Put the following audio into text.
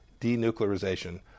denuclearization